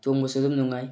ꯇꯣꯡꯕꯁꯨ ꯑꯗꯨꯝ ꯅꯨꯡꯉꯥꯏ